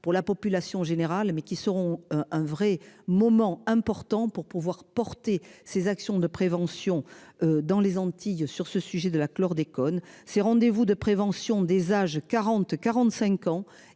pour la population générale, mais qui seront un vrai moment important pour pouvoir porter ses actions de prévention dans les Antilles sur ce sujet de la chlordécone ses rendez-vous de prévention des âges 40 45 ans